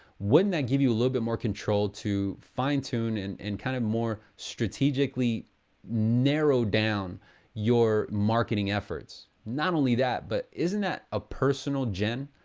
wouldn't that give you a little bit more control to fine-tune and and kind of, more strategically narrow down your marketing efforts? not only that, but isn't that a personal jen,